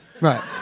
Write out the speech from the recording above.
Right